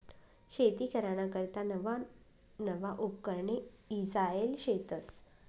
शेती कराना करता नवा नवा उपकरणे ईजायेल शेतस